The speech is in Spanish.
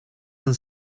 han